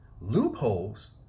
Loopholes